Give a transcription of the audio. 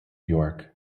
york